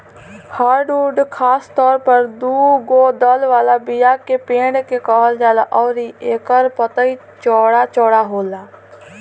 hardwood खासतौर पर दुगो दल वाला बीया के पेड़ के कहल जाला अउरी एकर पतई चौड़ा चौड़ा होला